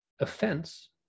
offense